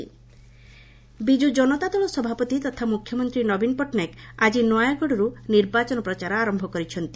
Odisha CM Biju Janata Dal ସଭାପତି ତଥା ମ୍ରଖ୍ୟମନ୍ତ୍ରୀ ନବୀନ ପଟ୍ଟନାୟକ ଆଜି ନୟାଗଡରୁ ନିର୍ବାଚନ ପ୍ରଚାର ଆରୟ କରିଛନ୍ତି